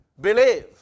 believe